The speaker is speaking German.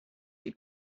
die